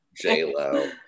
j-lo